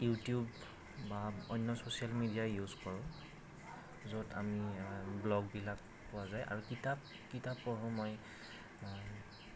YouTube বা অন্য social media use কৰোঁ য'ত আমি ব্ল'গবিলাক পোৱা যায় আৰু কিতাপ কিতাপ পঢ়ো মই